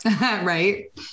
Right